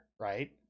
right